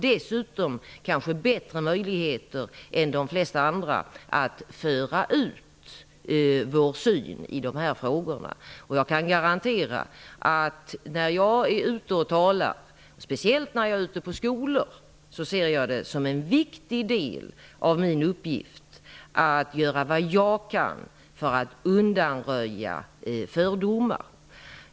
Dessutom har vi kanske bättre möjligheter än de flesta andra att föra ut egna synpunkter i de här frågorna. Jag kan garantera att jag när jag är ute och talar speciellt i skolor - ser det som en viktig del av min uppgift att göra vad jag kan för att undanröja fördomar.